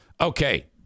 Okay